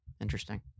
Interesting